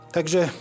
Takže